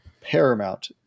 paramount